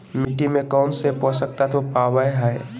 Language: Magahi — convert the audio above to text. मिट्टी में कौन से पोषक तत्व पावय हैय?